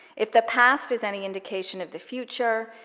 if the past is any indication of the future,